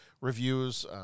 reviews